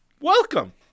welcome